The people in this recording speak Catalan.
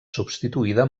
substituïda